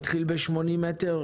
מתחיל ב-80 מטר,